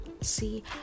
See